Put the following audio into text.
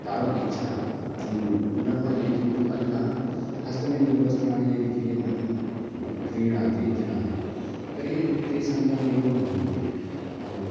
तावदिच्छा तु न भवति किन्तु अधुना हस्तनिर्मितवस्त्राणि यदि क्रियन्ते क्रीणन्ति जनाः तर्हि ते सम्यक् एव भवन्ति नाम